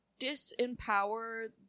disempower